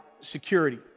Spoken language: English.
security